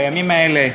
בימים האלה,